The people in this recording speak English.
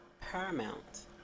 paramount